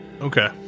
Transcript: Okay